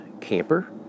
camper